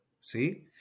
see